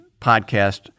podcast